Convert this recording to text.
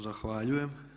Zahvaljujem.